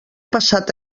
passat